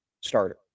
starter